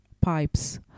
pipes